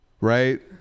right